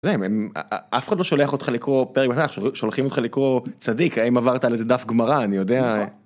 אף אחד לא שולח אותך לקרוא פרק בתנ"ך, שולחים אותך לקרוא, צדיק, האם עברת על איזה דף גמרא, אני יודע.